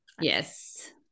yes